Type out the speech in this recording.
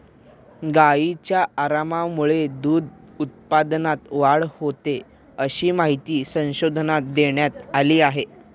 गायींच्या आरामामुळे दूध उत्पादनात वाढ होते, अशी माहिती संशोधनात देण्यात आली आहे